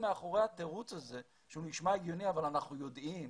מאחורי התירוץ הזה שהוא נשמע הגיוני אבל אנחנו יודעים